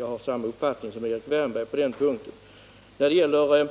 Jag har samma uppfattning som Erik Wärnberg på den punkten. När det gäller Erik